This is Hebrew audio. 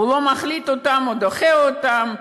הוא לא מחליט אותם, הוא דוחה אותם.